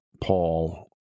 Paul